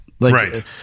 Right